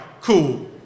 cool